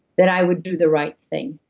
that i would do the right thing,